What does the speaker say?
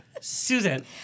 Susan